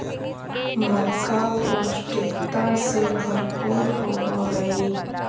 मक्का पौष्टिकता से भरपूर होब हई